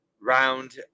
round